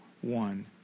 one